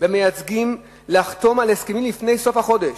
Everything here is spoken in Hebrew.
במייצגים לחתום על הסכמים לפני סוף החודש,